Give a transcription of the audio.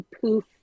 poof